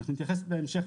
אנחנו אתייחס בהמשך,